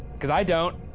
cause i don't.